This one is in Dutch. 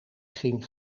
ging